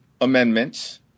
amendments